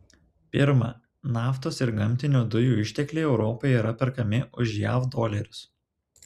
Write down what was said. pirma naftos ir gamtinių dujų ištekliai europoje yra perkami už jav dolerius